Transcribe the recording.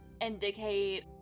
indicate